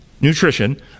nutrition